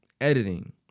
Editing